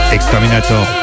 Exterminator